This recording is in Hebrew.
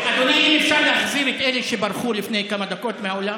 אי-אפשר להחזיר את אלה שברחו לפני כמה דקות מהאולם?